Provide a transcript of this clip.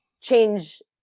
change